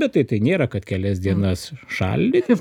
bet tai tai nėra kad kelias dienas šaldyti